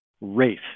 race